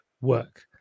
work